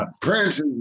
Prince